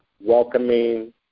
welcoming